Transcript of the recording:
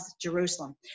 Jerusalem